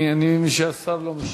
כבוד היושב-ראש,